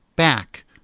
back